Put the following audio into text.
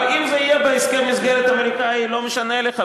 אבל אם זה יהיה בהסכם מסגרת אמריקני לא משנה לך,